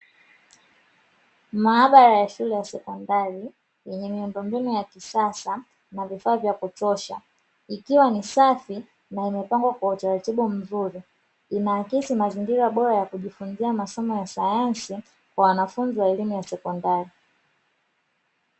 Maabara ya shule ya sekondari yenye miundombinu ya kisasa na vifaa vya kutosha, ikiwa ni safi na imepangwa kwa utaratibu mzuri, inaakisi mazingira bora ya kujifunzia masomo ya sayansi kwa wanafunzi wa elimu ya sekondari.